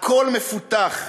הכול מפותח,